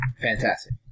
Fantastic